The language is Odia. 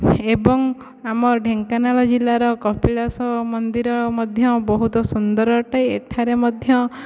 ଏବଂ ଆମ ଢେଙ୍କାନାଳ ଜିଲ୍ଲାର କପିଳାସ ମନ୍ଦିର ମଧ୍ୟ ବହୁତ ସୁନ୍ଦର ଅଟେ ଏଠାରେ ମଧ୍ୟ